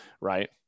Right